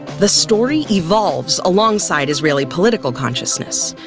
the story evolves alongside israeli political conscience.